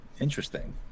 Interesting